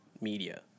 media